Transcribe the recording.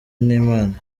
n’imana